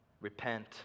Repent